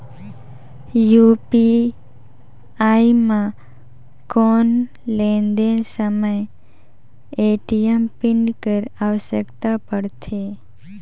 UPI म कौन लेन देन समय ए.टी.एम पिन कर आवश्यकता पड़थे?